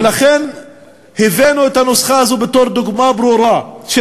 ולכן הבאנו את הנוסחה הזו בתור דוגמה ברורה של